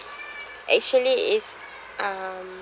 actually is um